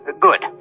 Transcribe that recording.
Good